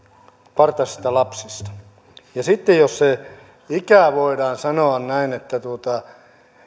partaisista lapsista ja sitten jos se ikä voidaan sanoa näin että